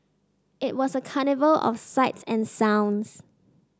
it was a carnival of sights and sounds